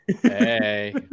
Hey